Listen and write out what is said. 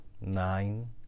nine